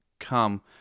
Come